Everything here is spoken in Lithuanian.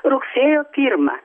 rugsėjo pirmą